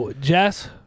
Jess